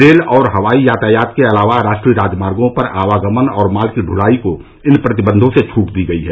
rail और हवाई यातायात के अलावा राष्ट्रीय राजमार्गों पर आवागमन और माल की ढ्लाई को इन प्रतिबंधों से छूट दी गयी है